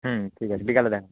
হুম ঠিক আছে বিকালে দেখা